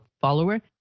follower